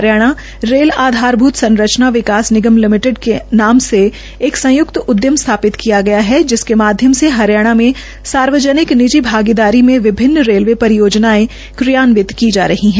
Haryana rail आधारभुत संरचना विकास निगम लिमिटेड के नाम से एक संयुक्त उद्यम स्थापित किया है जिसके माध्यम से हरियाणा में सार्वजनिक निजि भागीदारी में विभिन्न रेलवे परियोजनाएं कियान्वित की जा रही हैं